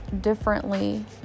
differently